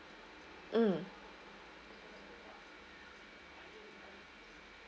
mm